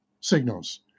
signals